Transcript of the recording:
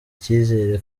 icyizere